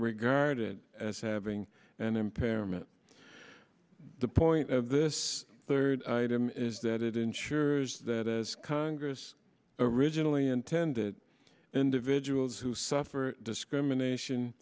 regarded as having an impairment the point of this third item is that it ensures that as congress originally intended that individuals who suffer discrimination